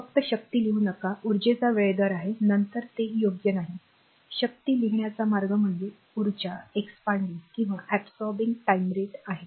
फक्त शक्ती लिहू नका उर्जेचा वेळ दर आहे नंतर ते योग्य नाही शक्ती लिहिण्याचा मार्ग म्हणजे ऊर्जा expandingवाढवणे किंवा absorbingशोषण्याचा time rateवेळ दर आहे